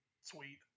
Sweet